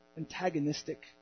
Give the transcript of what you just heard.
Antagonistic